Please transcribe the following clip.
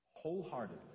wholeheartedly